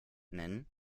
nennen